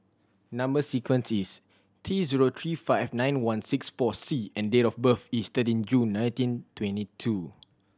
number sequence is T zero three five nine one six four C and date of birth is thirteen June nineteen twenty two